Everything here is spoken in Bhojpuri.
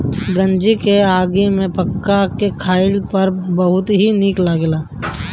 गंजी के आगी में पका के खइला पर इ बहुते निक लगेला